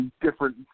different